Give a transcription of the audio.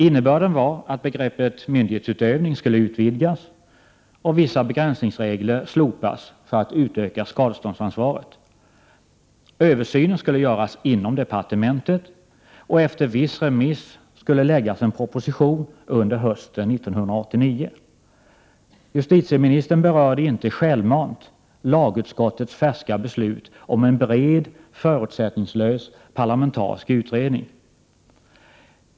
Innebörden var att begreppet ”myndighetsutövning” skulle utvidgas och vissa begränsningsregler slopas för att utöka skadeståndsansvaret. Översynen skulle göras inom departementet, och efter viss remiss skulle en proposition läggas fram under hösten 1989. Justitieministern berörde inte självmant lagutskottets färska beslut om en bred förutsättningslös parlamentarisk utredning.